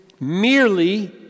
Merely